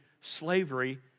slavery